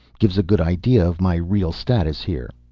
gives a good idea of my real status here.